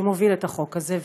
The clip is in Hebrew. שמוביל את החוק הזה,